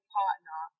partner